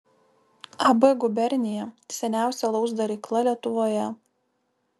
ab gubernija seniausia alaus darykla lietuvoje